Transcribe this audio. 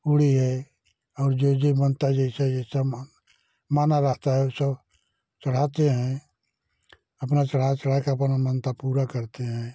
पूड़ी है और जो जो बनता है जैसे समान माना रहता है ऊ सब चढ़ाते हैं अपना चढ़ा चढ़ा के अपन मान्यता पूरा करते हैं